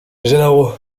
gennaro